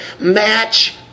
match